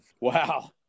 Wow